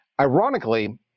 Ironically